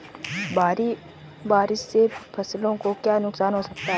भारी बारिश से फसलों को क्या नुकसान हो सकता है?